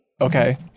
Okay